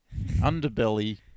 Underbelly